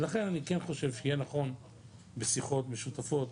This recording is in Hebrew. לכן אני כן חושב שיהי נכון בשיחות משותפות